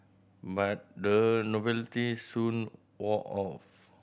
but the novelty soon wore off